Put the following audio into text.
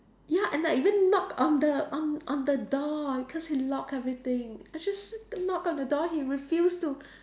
ya and I even knock on the on on the door cause he locked everything I just knock on the door he refused to